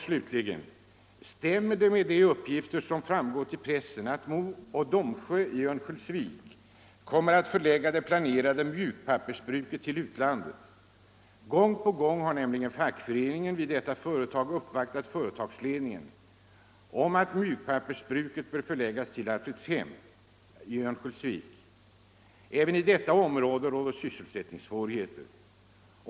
Slutligen: Stämmer de uppgifter som förekommit i pressen att MoDo i Örnsköldsvik kommer att förlägga det planerade mjukpappersbruket till utlandet? Gång på gång har fackföreningen vid detta företag uppvaktat företagsledningen med begäran om att mjukpappersbruket skall förläggas till Alfredshem vid Örnsköldsvik. Även i detta område råder sysselsättningssvårigheter.